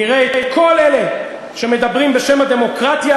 נראה את כל אלה שמדברים בשם הדמוקרטיה